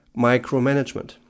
micromanagement